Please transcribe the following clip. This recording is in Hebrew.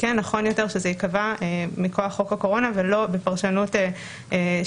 שנכון יותר שזה ייקבע מכוח חוק הקורונה ולא בפרשנות של